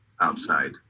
outside